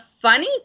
funny